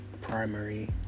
primary